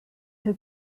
who